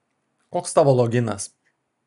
koks tavo loginas